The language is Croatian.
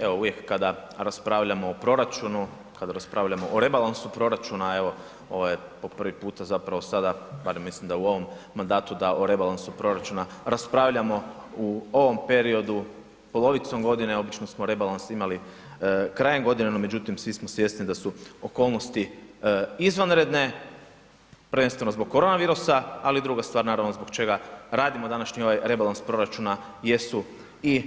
Evo uvijek kada raspravljamo o proračunu, kad raspravljamo o rebalansu proračuna, evo ovo je po prvi puta zapravo sada barem mislim da u ovom mandatu da o rebalansu proračuna raspravljamo, u ovom periodu polovicom godine obično smo rebalans imali krajem godine no međutim svi smo svjesni da su okolnosti izvanredne, prvenstveno zbog korona virusa, ali i druga stvar naravno zbog čega radimo današnji ovaj rebalans proračuna jesu i